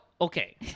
Okay